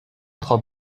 خوب